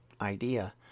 idea